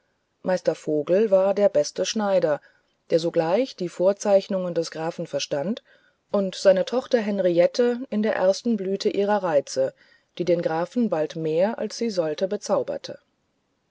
meister vogel war der beste schneider der sogleich die vorzeichnungen des grafen verstand und seine tochter henriette in der ersten blüte ihrer reize die den grafen bald mehr als sie sollten bezauberten